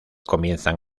comienzan